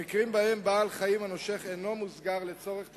במקרים שבהם בעל-החיים הנושך אינו מוסגר לצורך תצפית,